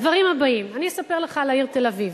הדברים הבאים, אני אספר לך על העיר תל-אביב.